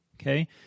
okay